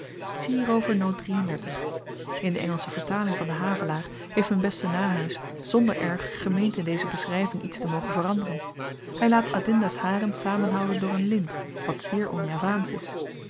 in de engelsche vertaling van den havelaar heeft m'n beste nahuys zonder erg gemeend in deze beschryving iets te mogen veranderen hy laat adinda's haren samenhouden door n lint wat zeer onjavaansch is